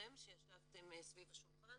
איתכם שישבתם סביב השולחן,